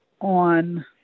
on